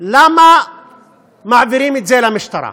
למה מעבירים את זה למשטרה.